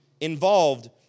Involved